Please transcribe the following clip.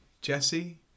Jesse